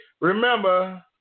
Remember